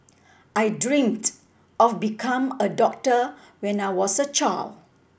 I dreamt of become a doctor when I was a child